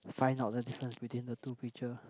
find out the difference between the two picture